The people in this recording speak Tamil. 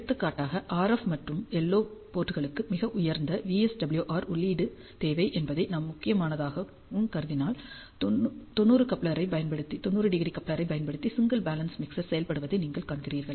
எடுத்துக்காட்டாக RF மற்றும் LO போர்ட்டுகளுக்கு மிக உயர்ந்த VSWR உள்ளீடு தேவை என்பதை நாம் முக்கியமானதாகும் கருதினால் 90 கப்ளரைப் பயன்படுத்தி சிங்கிள் பேலன்ஸ் மிக்சர் செயல்படுத்தப்படுவதை நீங்கள் காண்கிறீர்கள்